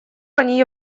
они